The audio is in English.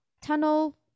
tunnel